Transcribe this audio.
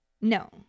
No